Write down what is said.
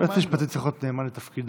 יועץ משפטי צריך להיות נאמן לתפקידו,